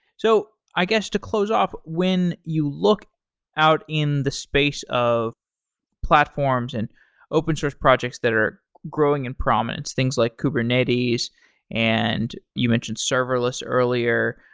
so i guess to close off, when you look out in the space of platforms and open source projects that are growing in prominence, things like kubernetes and you mentioned serverless earlier,